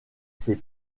ses